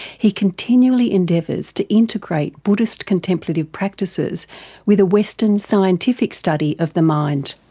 he continually endeavours to integrate buddhist contemplative practices with a western scientific study of the mind.